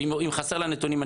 אם חסר לה נתונים,